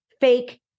fake